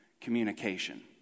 communication